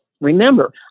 Remember